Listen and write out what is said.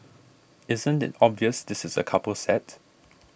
isn't it obvious this is a couple set